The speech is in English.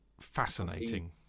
fascinating